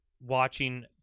Watching